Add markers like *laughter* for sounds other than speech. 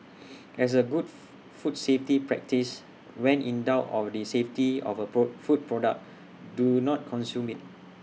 as A good *noise* food safety practice when in doubt of the safety of A pro food product do not consume IT